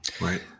Right